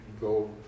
go